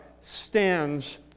stands